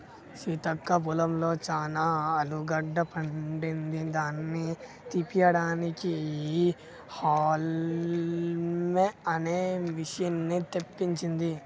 సీతక్క పొలంలో చానా ఆలుగడ్డ పండింది దాని తీపియడానికి హౌల్మ్ అనే మిషిన్ని తెప్పించింది